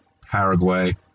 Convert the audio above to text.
Paraguay